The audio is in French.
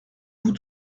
vous